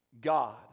God